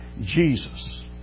Jesus